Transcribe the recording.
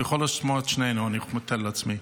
הוא יכול לשמוע את שנינו, אני מתאר לעצמי.